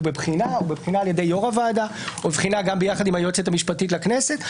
הוא בבחינה על-ידי יושב-ראש הוועדה וגם יחד עם היועצת המשפטית לכנסת.